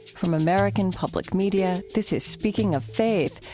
from american public media, this is speaking of faith,